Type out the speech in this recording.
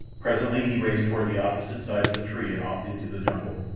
presently he raced toward the opposite side of the tree and off into the jungle,